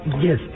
yes